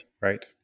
Right